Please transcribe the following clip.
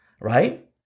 right